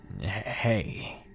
Hey